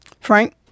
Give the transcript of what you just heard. Frank